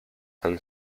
and